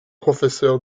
professeur